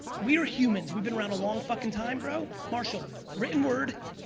we are humans. we've been around a long fuckin' time bro. marshall, written word,